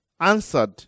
answered